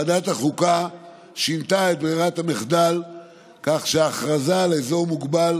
ועדת החוקה שינתה את ברירת המחדל כך שהכרזה על אזור מוגבל